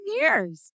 years